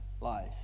life